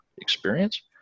experience